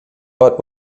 but